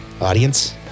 Audience